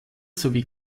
sowie